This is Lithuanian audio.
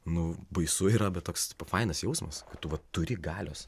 nu baisu yra bet toks fainas jausmas kad tu vat turi galios